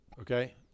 Okay